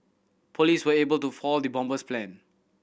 police were able to foil the bomber's plan